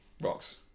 rocks